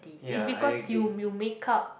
is because you you make-up